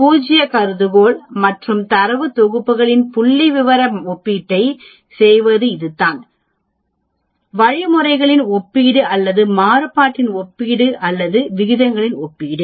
பூஜ்ய கருதுகோள் மற்றும் தரவுத் தொகுப்புகளின் புள்ளிவிவர ஒப்பீட்டைச் செய்வது இதுதான் வழிமுறைகளின் ஒப்பீடு அல்லது மாறுபாட்டின் ஒப்பீடு அல்லது விகிதங்களின் ஒப்பீடு